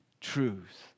truth